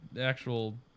actual